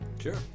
sure